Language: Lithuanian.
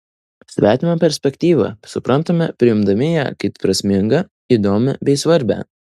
svetimą perspektyvą suprantame priimdami ją kaip prasmingą įdomią bei svarbią